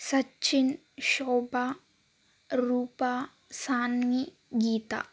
Sachin Shobha Roopa Saanvi Geetha